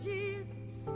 Jesus